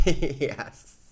Yes